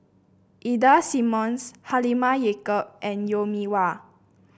Ida Simmons Halimah Yacob and Mee Wah